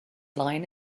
lion